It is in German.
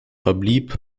verblieb